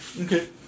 Okay